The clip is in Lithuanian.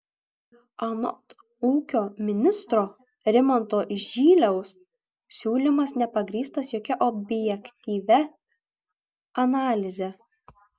anot ūkio ministro rimanto žyliaus siūlymas nepagrįstas jokia objektyvia analize